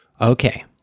Okay